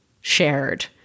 shared